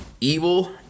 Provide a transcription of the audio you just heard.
Evil